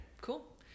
cool